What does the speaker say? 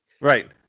Right